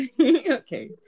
Okay